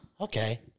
okay